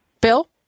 Bill